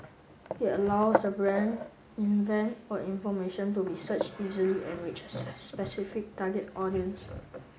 it allows the brand event or information to be searched easily and reach a specific target audience